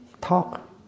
talk